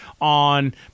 on